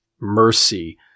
mercy